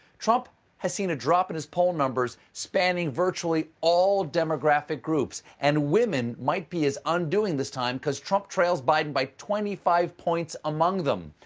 trump has seen a drop in his poll numbers spanning virtually all demographic groups, and women might be his undoing this time because trump trails biden by twenty five points among them.